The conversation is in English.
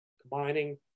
Combining